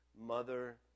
mother